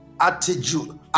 attitude